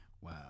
Wow